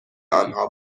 آنها